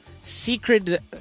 secret